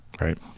right